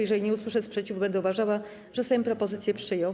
Jeżeli nie usłyszę sprzeciwu, będę uważała, że Sejm propozycję przyjął.